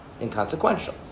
inconsequential